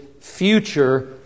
future